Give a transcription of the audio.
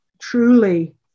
truly